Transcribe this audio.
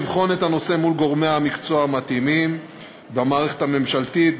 לבחון את הנושא מול גורמי המקצוע המתאימים במערכת הממשלתית,